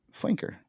flanker